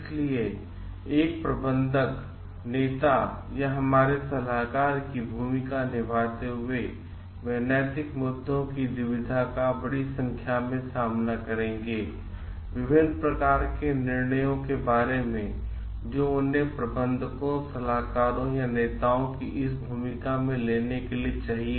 इसलिए एक प्रबंधक नेता या हमारे सलाहकार की भूमिका निभाते हुए वे नैतिक मुद्दों की दुविधा का बड़ी संख्या में सामना करेंगे विभिन्न प्रकार के निर्णयों के बारे में जो उन्हें प्रबंधकों सलाहकारों या नेताओं की इस भूमिका में लेने के लिए चाहिए